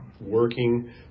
working